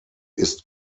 ist